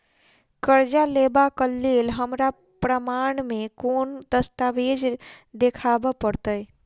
करजा लेबाक लेल हमरा प्रमाण मेँ कोन दस्तावेज देखाबऽ पड़तै?